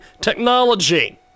technology